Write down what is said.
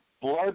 blood